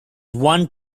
one